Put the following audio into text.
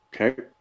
Okay